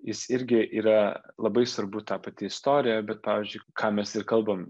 jis irgi yra labai svarbu ta pati istorija bet pavyzdžiui ką mes ir kalbam